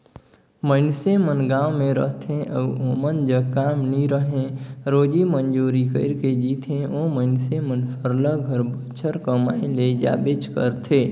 मइनसे मन गाँव में रहथें अउ ओमन जग काम नी रहें रोजी मंजूरी कइर के जीथें ओ मइनसे मन सरलग हर बछर कमाए ले जाबेच करथे